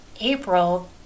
April